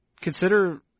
consider